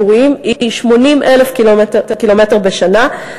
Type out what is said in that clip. של כלי רכב כבדים וציבוריים היא 80,000 קילומטר בשנה,